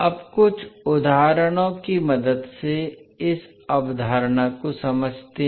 अब कुछ उदाहरणों की मदद से इस अवधारणा को समझते हैं